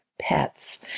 pets